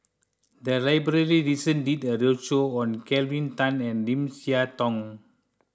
the library recently did a roadshow on Kelvin Tan and Lim Siah Tong